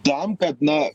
tam kad na